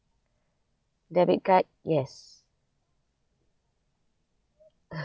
debit card yes